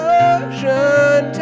ocean